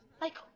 Michael